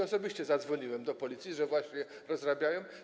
Osobiście zadzwoniłem na Policję, że właśnie rozrabiają.